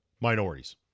minorities